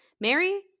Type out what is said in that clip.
Mary